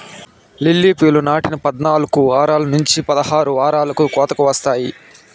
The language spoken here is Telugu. లిల్లీ పూలు నాటిన పద్నాలుకు వారాల నుంచి పదహారు వారాలకు కోతకు వస్తాయి